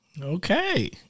Okay